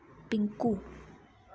Pinku